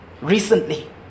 recently